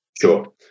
Sure